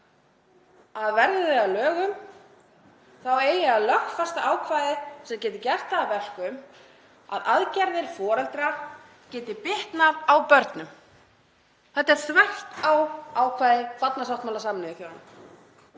að verði það að lögum þá á að lögfesta ákvæðið sem getur gert það að verkum að aðgerðir foreldra geta bitnað á börnum. Þetta er þvert á ákvæði barnasáttmála Sameinuðu þjóðanna.